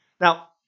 Now